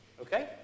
Okay